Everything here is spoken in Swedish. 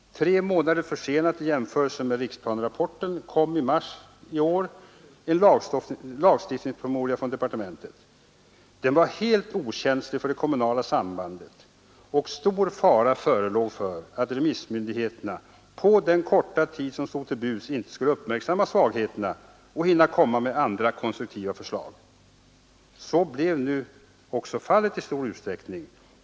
Tre månader försenad i jämförelse med riksplanerapporten kom i mars i år en lagstiftningspromemoria från departementet. Den var helt okänslig för det kommunala sambandet, och stor fara förelåg för att remissmyndigheterna på den korta tid som stod till buds inte skulle uppmärksamma svagheterna och hinna komma med andra, konstruktiva förslag. Så blev nu också fallet i stor utsträckning.